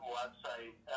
website